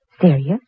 Serious